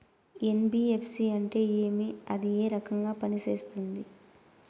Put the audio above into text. NBFC అంటే ఏమి అది ఏ రకంగా పనిసేస్తుంది